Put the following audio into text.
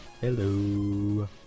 Hello